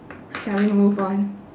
shall we move on